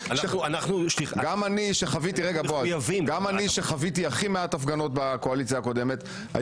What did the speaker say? שחוויתי הכי מעט הפגנות בקואליציה הקודמת,